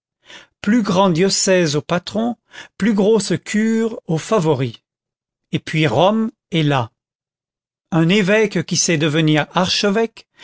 plus grand diocèse au patron plus grosse cure au favori et puis rome est là un évêque qui sait devenir archevêque